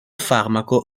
farmaco